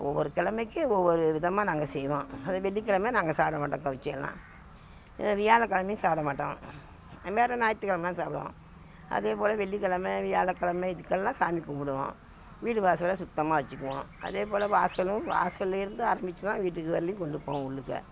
ஒவ்வொரு கெழமைக்கி ஒவ்வொரு விதமாக நாங்கள் செய்வோம் அதுவும் வெள்ளிக்கெழம நாங்கள் சாப்பிட மாட்டோம் கவுச்சியெல்லாம் வியாழக் கெழமையும் சாப்பிட மாட்டோம் வேற ஞாயித்துக் கெழம சாப்பிடுவோம் அதேப்போல் வெள்ளிக்கெழம வியாழக்கெழம இதுக்கெல்லாம் சாமி கும்பிடுவோம் வீடு வாசலை சுத்தமாக வெச்சுக்குவோம் அதேப்போல் வாசலும் வாசலில் இருந்து ஆரம்பித்து தான் வீட்டுக்கு வெளிலியும் கொண்டு போவோம் உள்ளுக்கு